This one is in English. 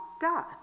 God